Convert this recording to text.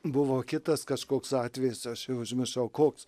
buvo kitas kažkoks atvejis aš jau užmiršau koks